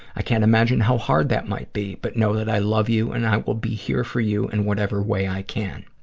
i can't imagine how hard that might be, but know that i love you and i will be here for you in and whatever way i can.